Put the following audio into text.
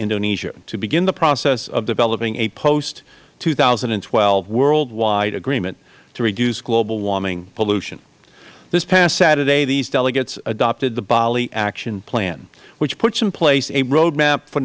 indonesia to begin the process of developing a post two thousand and twelve worldwide agreement to reduce global warming pollution this past saturday these delegates adopted the bali action plan which puts in place a road map for